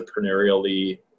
entrepreneurially